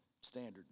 Standard